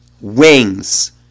Wings